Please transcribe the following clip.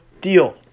deal